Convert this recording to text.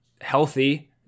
healthy